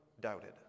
doubted